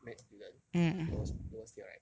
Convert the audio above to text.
med student lowest lowest year right